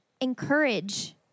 encourage